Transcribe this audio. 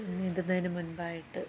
നീന്തുന്നതിന് മുൻപായിട്ട്